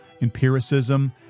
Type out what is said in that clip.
empiricism